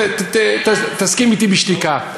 תסכים אתי בשתיקה.